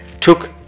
took